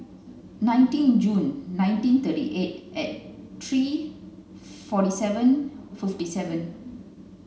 nineteen June nineteen thirty eight three forty seven fifty seven